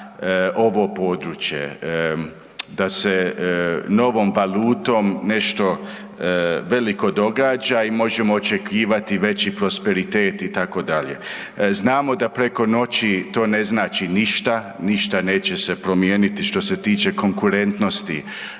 ovo područje, da se novom valutom nešto veliko događa i možemo očekivati veći prosperitet itd. Znamo da preko noći to ne znači ništa, ništa neće se promijeniti što tiče se konkurentnosti